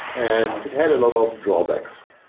and it had a lot of drawbacks.